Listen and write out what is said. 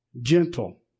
gentle